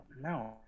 no